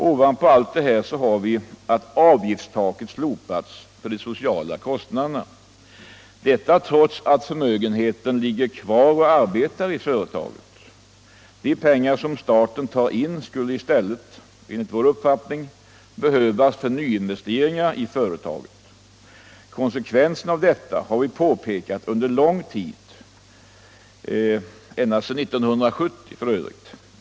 Ovanpå allt detta har avgiftstaket slopats för de sociala kostnaderna, detta trots att förmögenheten ligger kvar och arbetar i företaget, De pengar som staten tar in skulle enligt vår uppfattning i stället behövas för nyinvesteringar i företaget. Konsekvensen av detta har vi påpekat under lång tid — ända sedan 1970 f. ö.